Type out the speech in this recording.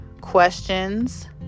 questions